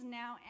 now